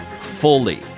fully